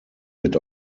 wird